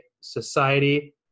society